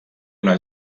una